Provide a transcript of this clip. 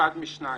אחת משתיים,